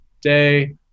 day